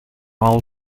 all